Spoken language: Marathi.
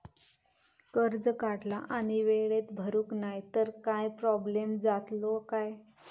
कर्ज काढला आणि वेळेत भरुक नाय तर काय प्रोब्लेम जातलो काय?